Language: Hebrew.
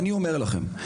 אבל אני אומר לכם,